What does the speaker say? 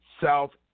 South